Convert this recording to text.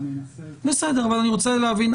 אבל אני רוצה להבין.